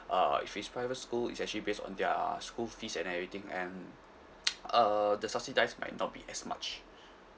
uh if it's private school it's actually based on their school fees and everything and uh the subsidise might not be as much